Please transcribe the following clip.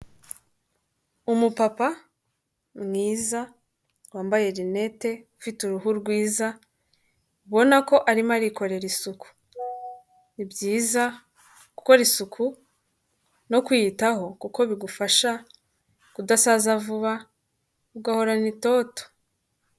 Umupapa mwiza wambaye lrinete ufite uruhu rwiza ubona ko arimo arikorera isuku ni byiza gukora isuku no kwiyitaho kuko bigufasha kudasaza vuba ugahorana itoto.